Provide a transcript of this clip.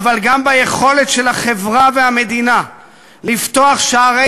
אך גם ביכולת של החברה והמדינה לפתוח שערי